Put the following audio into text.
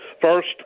First